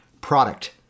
product